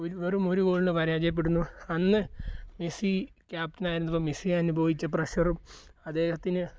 ഒരു വെറും ഒരു ഗോളിനു പരാജയപ്പെടുന്നു അന്നു മെസ്സി ക്യാപ്റ്റനായിരുന്നപ്പോൾ മെസ്സി അനുഭവിച്ച പ്രഷറും അദ്ദേഹത്തിന്